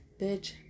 bitch